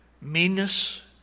meanness